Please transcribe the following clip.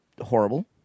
horrible